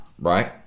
right